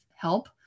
help